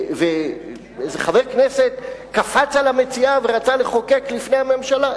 ואיזה חבר כנסת קפץ על המציאה ורצה לחוקק לפני הממשלה,